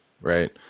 Right